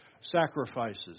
sacrifices